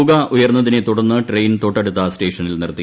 പുക ഉയർന്നതിനെ തുടർന്ന് ട്രെയിൻ തൊട്ടടുത്ത സ്റ്റേഷനിൽ നിർത്തി